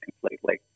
completely